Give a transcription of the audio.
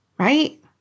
Right